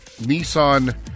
Nissan